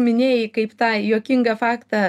minėjai kaip tą juokingą faktą